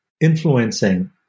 influencing